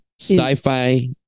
Sci-fi